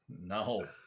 No